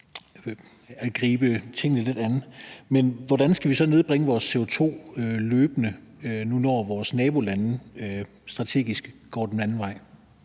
at se tingene lidt an, men hvordan skal vi så nedbringe vores CO2 løbende, nu når vores nabolande strategisk går den anden vej?